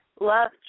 Love